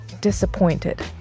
disappointed